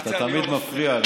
אתה תמיד מפריע.